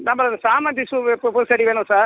நம்மளுக்கு சாமந்தி சூவு பூ பூச்செடி வேணும் சார்